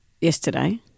Yesterday